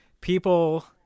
people